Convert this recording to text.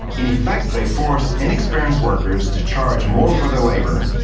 in effect, they force inexperienced workers to charge more for their labor,